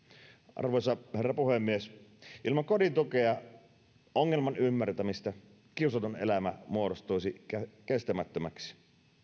arvoisa herra puhemies ilman kodin tukea ongelman ymmärtämistä kiusatun elämä muodostuisi kestämättömäksi